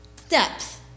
steps